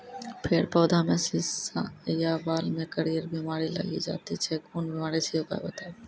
फेर पौधामें शीश या बाल मे करियर बिमारी लागि जाति छै कून बिमारी छियै, उपाय बताऊ?